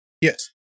Yes